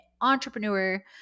entrepreneur